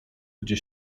gdzie